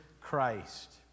Christ